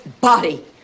body